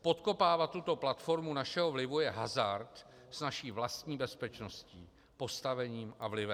Podkopávat tuto platformu našeho vlivu je hazard s naší vlastní bezpečností, postavením a vlivem.